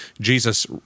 Jesus